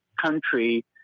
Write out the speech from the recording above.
country